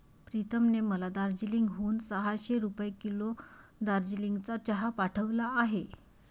प्रीतमने मला दार्जिलिंग हून सहाशे रुपये किलो दार्जिलिंगचा चहा पाठवला आहे